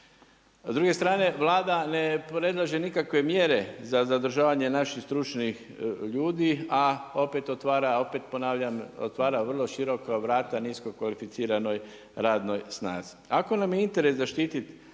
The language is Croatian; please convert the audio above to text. S druge strane Vlada ne predlaže nikakve mjere za zadržavanje naših stručnih ljudi a opet otvara, opet ponavljam otvara vrlo široka vrata nisko kvalificiranoj radnoj snazi. Ako nam je interes zaštititi